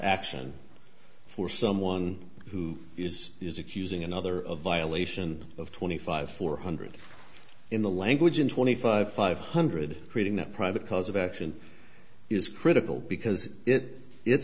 action for someone who is is accusing another of violation of twenty five four hundred in the language and twenty five five hundred creating that private cause of action is critical because it it